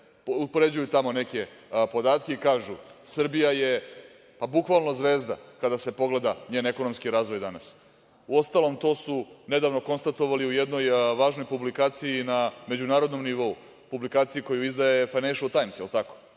upoređuju tamo neke podatke i kažu - Srbija je bukvalno zvezda kada se pogleda njen ekonomski razvoj danas. Uostalom, to su nedavno konstatovali u jednoj važnoj publikaciji na međunarodnom nivou, publikaciji koju izdaje "Fejnenšel Tajms". Ti ljudi